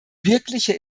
wirkliche